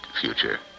future